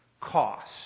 cost